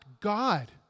God